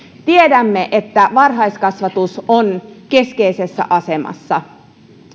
tiedämme että varhaiskasvatus on keskeisessä asemassa